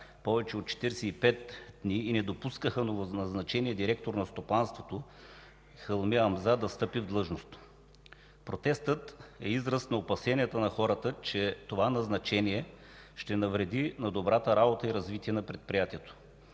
повече от 45 дни и не допускаха новоназначения директор на Стопанството Хълми Амза да встъпи в длъжност. Протестът е израз на опасенията на хората, че това назначение ще навреди на добрата работа и развитие на предприятието.